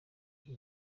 iki